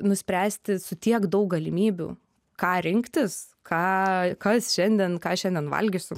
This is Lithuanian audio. nuspręsti su tiek daug galimybių ką rinktis ką kas šiandien ką šiandien valgysiu